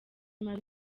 mabi